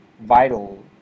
vital